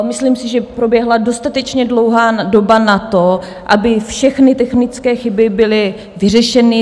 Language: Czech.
Myslím si, že proběhla dostatečně dlouhá doba na to, aby všechny technické chyby byly vyřešeny.